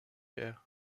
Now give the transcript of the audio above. air